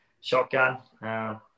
shotgun